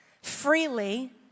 freely